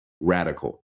radical